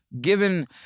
Given